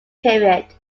period